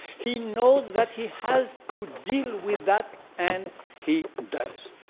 he knows that he has to deal with that and he does.